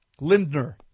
Lindner